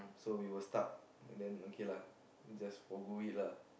so you were stuck then okay lah just forgo it lah